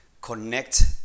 connect